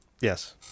Yes